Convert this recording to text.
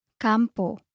Campo